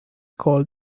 called